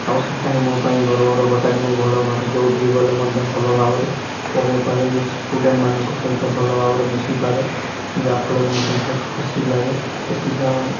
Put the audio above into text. ଆଉ ସେଇଟା ହିଁ ମୋ ପାଇଁ ଗର୍ବର କଥା କି ମୁଁ ଭଲ ଭାବେ ଯେଉଁଠିକି ଗଲେ ମଧ୍ୟ ଭଲ ଭାବରେ ପଢ଼େଇପାରେ କି ଷ୍ଟୁଡ଼େଣ୍ଟ୍ମାନଙ୍କ ସହିତ ଭଲ ଭାବରେ ମିଶିପାରେ ଯାହା ଫଳରେ ମୋତେ ବହୁତ ଖୁସି ଲାଗେ ତ ପିଲାମାନେ